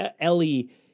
Ellie